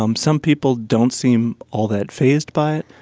um some people don't seem all that fazed by it,